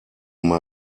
mal